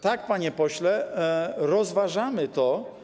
Tak, panie pośle, rozważamy to.